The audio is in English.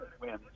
win